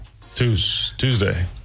Tuesday